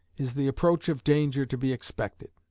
is the approach of danger to be expected?